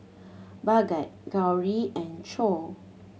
Bhagat Gauri and Choor